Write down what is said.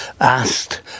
asked